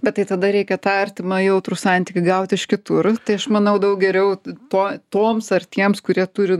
bet tai tada reikia tą artimą jautrų santykį gauti iš kitur tai aš manau daug geriau to toms ar tiems kurie turi